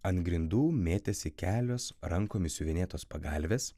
ant grindų mėtėsi kelios rankomis siuvinėtos pagalvės